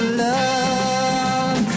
love